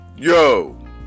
Yo